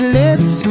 lets